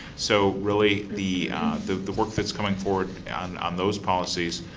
so, really the the work that's coming forward and on those policies,